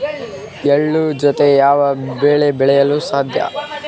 ಎಳ್ಳು ಜೂತೆ ಯಾವ ಬೆಳೆ ಬೆಳೆಯಲು ಸಾಧ್ಯ?